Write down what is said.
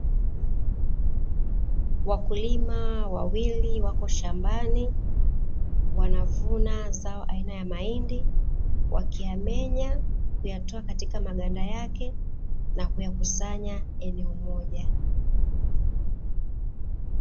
Wakulima wawili wako shambani wanavuna zao aina ya mahindi, wakiyamenya na kuyatoa katika maganda yake na kuyakusanya eneo moja.